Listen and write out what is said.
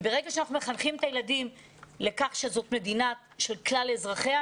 וברגע שאנחנו מחנכים את הילדים לכך שזאת מדינה של כלל אזרחיה,